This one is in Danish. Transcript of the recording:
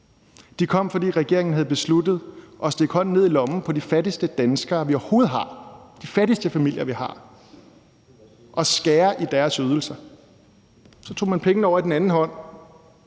De kom, fordi regeringen havde besluttet at stikke hånden ned i lommen på de fattigste danskere, vi overhovedet har, de fattigste familier, vi har, og skære i deres ydelser. Så tog man pengene over i den anden hånd,